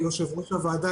יו"ר הוועדה,